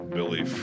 Billy